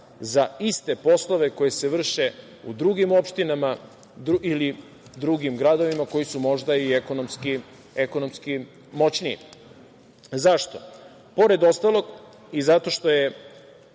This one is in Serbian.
za iste poslove koji se vrše u drugim opštinama ili drugim gradovima koji su možda i ekonomski moćniji.Zašto? Pored ostalog i zato što se